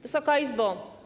Wysoka Izbo!